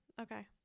okay